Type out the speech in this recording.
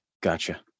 Gotcha